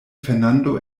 fernando